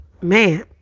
Man